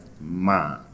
Man